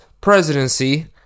presidency